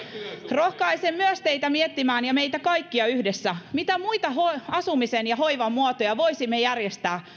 rohkaisen teitä myös miettimään ja meitä kaikkia yhdessä mitä muita asumisen ja hoivan muotoja voisimme järjestää